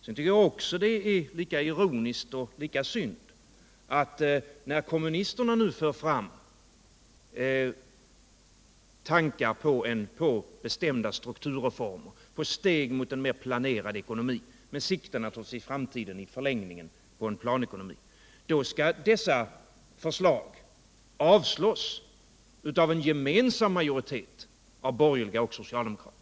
Jag tycker vidare att det är lika ironiskt och lika synd att när kommunisterna nu för fram tankar på bestämda strukturreformer, på steg mot en mera planerad ekonomi som i förlängningen siktar till en framtida planekonomi, då avslås dessa förslag av en gemensam majoritet av borgerliga och socialdemokrater.